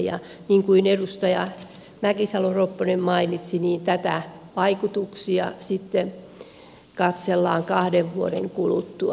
niin kuin edustaja mäkisalo ropponen mainitsi niin tämän vaikutuksia sitten katsellaan kahden vuoden kuluttua